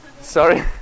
Sorry